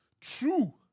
true